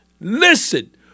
Listen